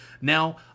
Now